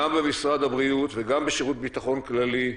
גם במשרד הבריאות וגם בשירות ביטחון כללי,